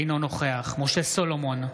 אינו נוכח משה סולומון,